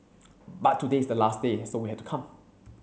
but today is the last day so we had to come